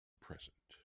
present